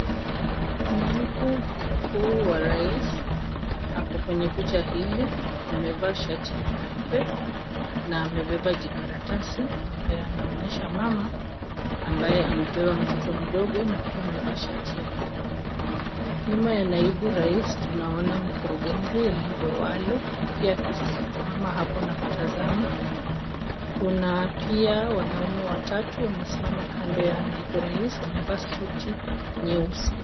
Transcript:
Naibu mkuu wa rais ako kwenye picha hili, amevaa shati nyeupe na amebeba jikaratasi ambayo anaonyesha mama ambaye amebeba mtoto mdogo na pia amevaa shati ya nyeupe. Nyuma ya naibu rais tunaona mkurugenzi Eliud Owalo pia akisimama hapo na kutazama. Kuna pia wanaume watatu wamesimama kando ya naibu rais wamevaa suti nyeusi.